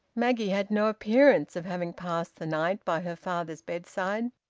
maggie had no appearance of having passed the night by her father's bedside.